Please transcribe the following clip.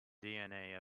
dna